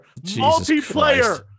Multiplayer